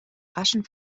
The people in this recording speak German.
raschen